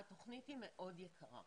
התוכנית היא מאוד יקרה.